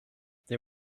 they